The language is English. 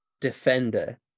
defender